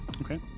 Okay